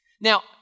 Now